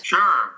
Sure